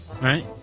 right